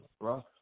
bro